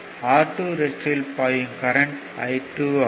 R2 ரெசிஸ்டர்யில் பாயும் current I2 ஆகும்